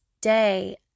day